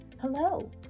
Hello